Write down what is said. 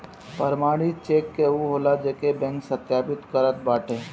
प्रमाणित चेक उ होला जेके बैंक सत्यापित करत बाटे